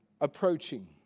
approaching